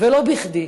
ולא בכדי.